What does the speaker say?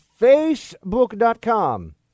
Facebook.com